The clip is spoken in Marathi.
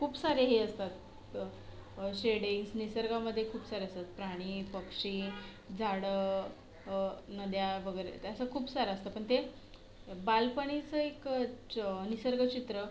खूप सारे हे असतात शेडींग्स निसर्गामध्ये खूप सारे असतात प्राणी पक्षी झाडं नद्या वगैरे ते असं खूप सारं असतं पण ते बालपणीचं एक च निसर्गचित्र